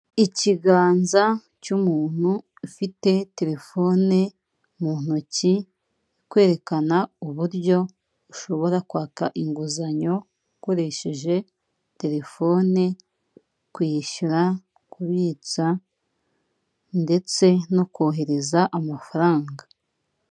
Ikiganza cy'umuntu ufite telefone mu ntoki, kwerekana uburyo ushobora kwaka inguzanyo ukoresheje telefone, kwishyura, kubitsa ndetse no kohereza amafaranga.